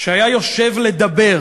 שהיה יושב לדבר